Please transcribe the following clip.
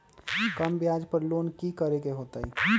कम ब्याज पर लोन की करे के होतई?